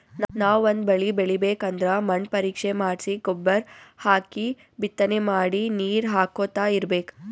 ನಾವ್ ಒಂದ್ ಬಳಿ ಬೆಳಿಬೇಕ್ ಅಂದ್ರ ಮಣ್ಣ್ ಪರೀಕ್ಷೆ ಮಾಡ್ಸಿ ಗೊಬ್ಬರ್ ಹಾಕಿ ಬಿತ್ತನೆ ಮಾಡಿ ನೀರ್ ಹಾಕೋತ್ ಇರ್ಬೆಕ್